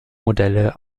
modelle